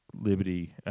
Liberty